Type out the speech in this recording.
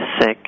sick